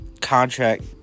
contract